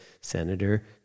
Senator